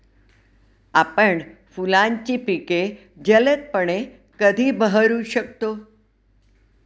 आपण फुलांची पिके जलदपणे कधी बहरू शकतो?